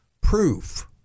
proof